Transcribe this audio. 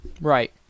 right